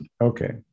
Okay